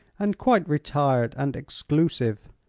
and quite retired and exclusive.